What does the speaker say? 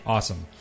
Awesome